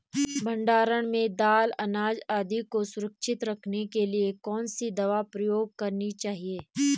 भण्डारण में दाल अनाज आदि को सुरक्षित रखने के लिए कौन सी दवा प्रयोग करनी चाहिए?